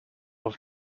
off